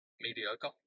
mediocre